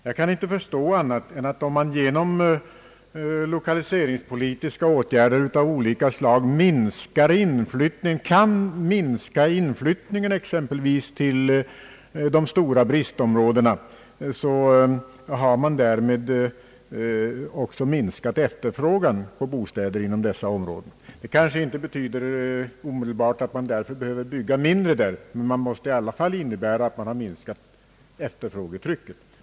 Jag kan inte förstå annat än att om man genom lokaliseringspolitiska åtgärder av olika slag kan minska inflyttningen exempelvis till de stora bristområdena, så har man därmed också minskat efterfrågan på bostäder inom dessa områden. Det kanske inte betyder att man omedelbart behöver bygga mindre där, men det måste i alla fall betyda att man minskar efterfrågetrycket.